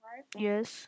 Yes